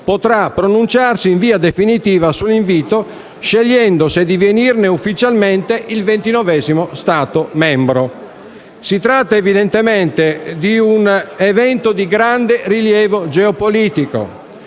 potrà pronunciarsi in via definitiva sull'invito, scegliendo se divenirne ufficialmente il ventinovesimo Stato membro. Si tratta evidentemente di un evento di grande rilievo geopolitico,